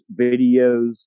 videos